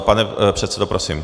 Pane předsedo, prosím.